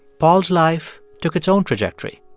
paul's life took its own trajectory.